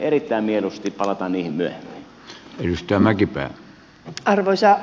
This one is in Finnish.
erittäin mieluusti palataan niihin myöhemmin